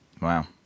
Wow